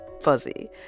fuzzy